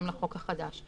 לחוק החדש.